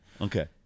Okay